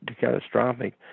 catastrophic